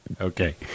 Okay